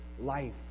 life